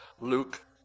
Luke